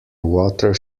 water